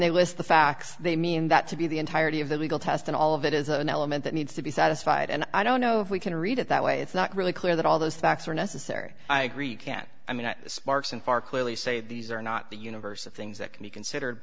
they list the facts they mean that to be the entirety of the legal test and all of that is an element that needs to be satisfied and i don't know if we can read it that way it's not really clear that all those facts are necessary i agree can i mean that the sparks and far clearly say these are not the universe of things that can be considered